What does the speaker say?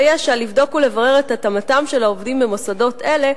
ישע לבדוק ולברר את התאמתם של העובדים במוסדות אלה,